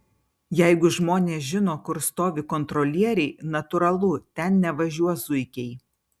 jeigu žmonės žino kur stovi kontrolieriai natūralu ten nevažiuos zuikiai